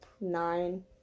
Nine